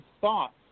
thoughts